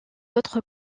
autres